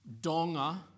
donga